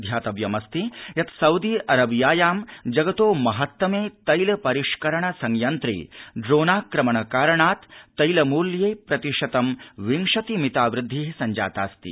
ध्यातव्यमस्ति यत् सउदी अरबियाया जगतो महत्तमे तैल परिष्करण संयन्त्रे ड्रोनाक्रमण कारणात् तैलमूल्ये प्रतिशतं विंशति मिता वृद्धिः संजाताऽस्ति